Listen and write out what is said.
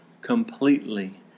completely